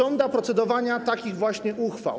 Żąda procedowania takich właśnie uchwał.